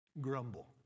grumble